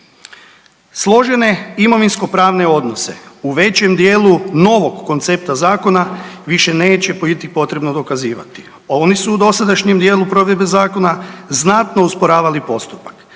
Složene imovinskopravne odnose u većem dijelu novog koncepta zakona više neće biti potrebno dokazivati. Oni su u dosadašnjem dijelu provedbe zakona znatno usporavali postupak.